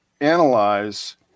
analyze